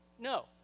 no